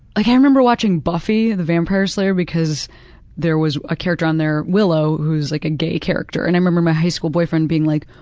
ah remember watching buffy the vampire slayer because there was a character on there, willow, who was like a gay character. and i remember my high school boyfriend being like,